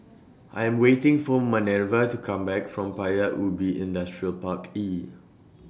I Am waiting For Manerva to Come Back from Paya Ubi Industrial Park E